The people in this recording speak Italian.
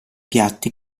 piatti